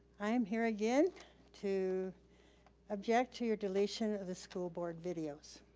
i am here again to object to your deletion of the school board videos.